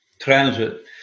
Transit